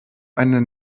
eine